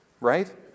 right